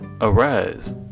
Arise